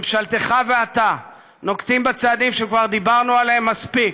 ממשלתך ואתה נוקטים צעדים שכבר דיברנו עליהם מספיק: